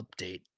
update